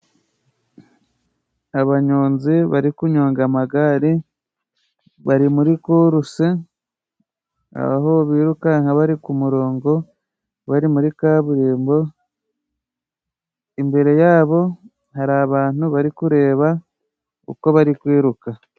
Abanyonzi bari kunyonga amagare, bari muri curusi, aho birukanka bari ku murongo, bari muri kaburimbo, imbere yabo hari abantu bari kureba uko bari kwiruka.